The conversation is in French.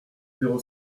zéro